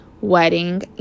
wedding